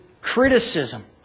criticism